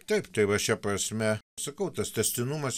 taip tai va šia prasme sakau tas tęstinumas